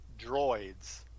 droids